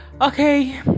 Okay